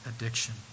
addiction